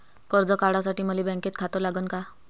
कर्ज काढासाठी मले बँकेत खातं लागन का?